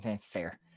Fair